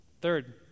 Third